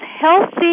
healthy